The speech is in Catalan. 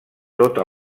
tota